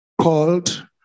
called